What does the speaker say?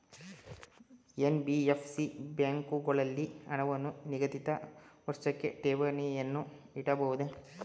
NBFC ಬ್ಯಾಂಕುಗಳಲ್ಲಿ ಹಣವನ್ನು ನಿಗದಿತ ವರ್ಷಕ್ಕೆ ಠೇವಣಿಯನ್ನು ಇಡಬಹುದೇ?